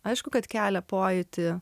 aišku kad kelia pojūtį